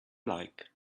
like